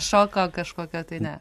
šoko kažkokio tai ne